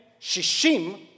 shishim